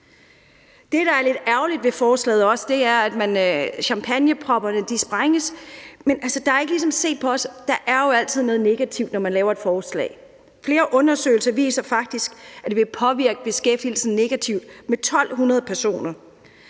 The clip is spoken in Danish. Det, der også er lidt ærgerligt ved forslaget, er, at man lader champagnepropperne springe, men altså, der er ligesom ikke set på, at der jo også altid er noget negativt, når man laver et forslag. Flere undersøgelser viser faktisk, at det her vil påvirke beskæftigelsen negativt med 1.200 personer.